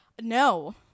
No